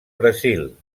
brasil